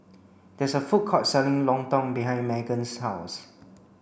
there is a food court selling Lontong behind Magen's house